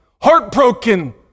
heartbroken